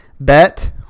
Bet